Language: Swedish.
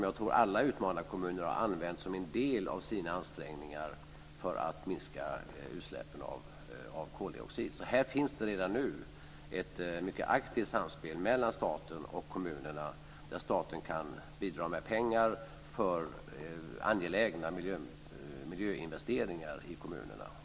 Jag tror att alla utmanarkommuner har använt sådana som en del av sina ansträngningar för att minska utsläppen av koldioxid. Här finns det redan nu ett mycket aktivt samspel mellan staten och kommunerna, där staten kan bidra med pengar för angelägna miljöinvesteringar i kommunerna.